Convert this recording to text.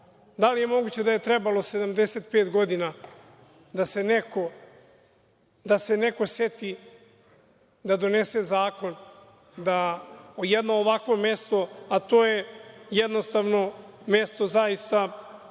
li je moguće da je trebalo 75 godina da se neko seti da donese zakon da jedno ovako mesto, a to je mesto sa